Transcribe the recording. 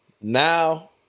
Now